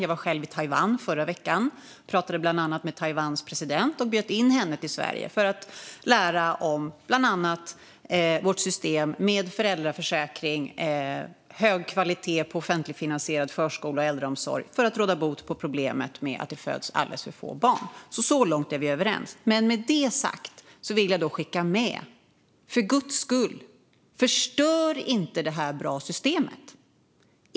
Jag var själv i Taiwan i förra veckan och pratade bland annat med Taiwans president och bjöd in henne till Sverige för att lära sig om bland annat vårt system med föräldraförsäkring och hög kvalitet på offentligfinansierad förskola och äldreomsorg för att råda bot på problemet med att det föds alldeles för få barn. Så långt är vi överens. Men med det sagt vill jag göra ett medskick: För guds skull, förstör inte det här systemet som är så bra!